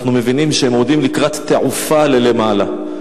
אנחנו מבינים שהם עומדים לקראת תעופה למעלה,